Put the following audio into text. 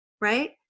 right